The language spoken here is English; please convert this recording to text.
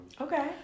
Okay